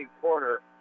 quarter